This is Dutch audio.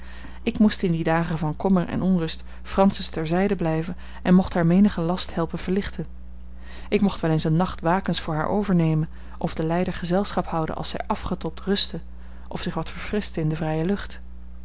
ik moest in die dagen van kommer en onrust francis ter zijde blijven en mocht haar menigen last helpen verlichten ik mocht wel eens een nacht wakens voor haar overnemen of den lijder gezelschap houden als zij afgetobt rustte of zich wat verfrischte in de vrije lucht